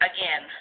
Again